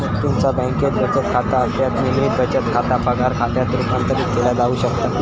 तुमचा बँकेत बचत खाता असल्यास, नियमित बचत खाता पगार खात्यात रूपांतरित केला जाऊ शकता